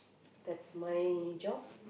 that's my job